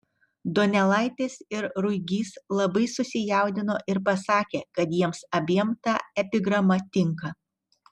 donelaitis ir ruigys labai susijaudino ir pasakė kad jiems abiem ta epigrama tinka